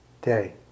day